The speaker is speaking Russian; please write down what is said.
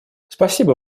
спасибо